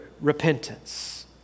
repentance